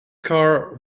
car